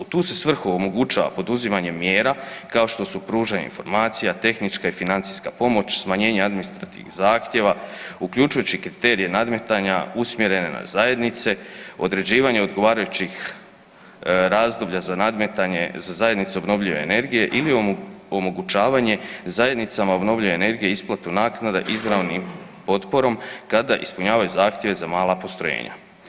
U tu se svrhu omogućava poduzimanje mjera kao što su pružanje informacija, tehnička i financijska pomoć, smanjenje administrativnih zahtjeva, uključujući kriterije nadmetanja usmjere na zajednice, određivanje odgovarajućih razdoblja za nadmetanje, za zajednice obnovljive energije ili omogućavanje zajednicama obnovljive energije isplatu naknada izravnim potporom kada ispunjavaju zahtjeve za mala postrojenja.